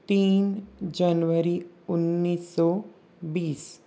तीन जनवरी उन्नीस सौ बीस